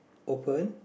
open